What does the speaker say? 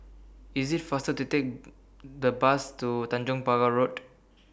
IS IT faster to Take The Bus to Tanjong Pagar Road